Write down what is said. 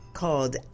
called